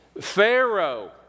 Pharaoh